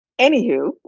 Anywho